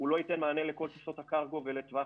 הוא לא ייתן מענה לכל טיסות הקרקע לטווח